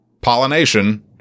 pollination